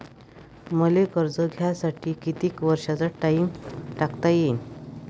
मले कर्ज घ्यासाठी कितीक वर्षाचा टाइम टाकता येईन?